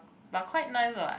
but quite nice what